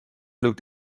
looked